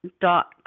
dot